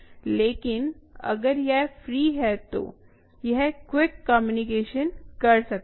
लेकिन अगर यह फ्री है तो यह क्विक कम्युनिकेशन कर सकता है